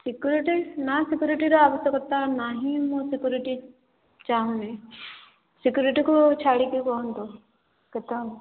security ନା ସିକ୍ୟୁରିଟିର ଆବଶ୍ୟକତା ନାହିଁ ମୁଁ ସିକ୍ୟୁରିଟି ଚାହୁଁନି ସିକ୍ୟୁରିଟିକୁ ଛାଡ଼ିକି କୁହନ୍ତୁ କେତେ ହେବ